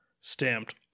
stamped